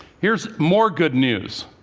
here's more good news.